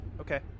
Okay